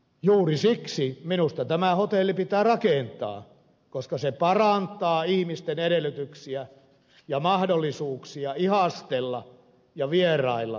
juuri siksi minusta tämä hotelli pitää rakentaa että se parantaa ihmisten edellytyksiä ja mahdollisuuksia ihastella ja vierailla siellä kansallispuistossa